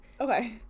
Okay